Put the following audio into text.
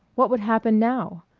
what would happen now?